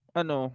ano